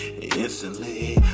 instantly